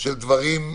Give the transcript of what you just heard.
של דברים?